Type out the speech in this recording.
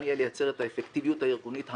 יהיה לייצר את האפקטיביות הארגונית המרבית.